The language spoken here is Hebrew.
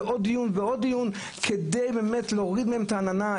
ועוד דיון ועוד דיון כדי באמת להוריד את מהם את העננה,